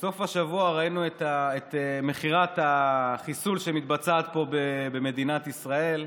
בסוף השבוע ראינו את מכירת החיסול שמתבצעת פה במדינת ישראל.